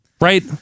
Right